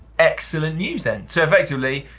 excellent news then, so effectively,